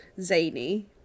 zany